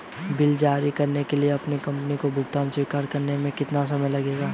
Bill जारी करने वाली कंपनी को भुगतान स्वीकार करने में कितना समय लगेगा?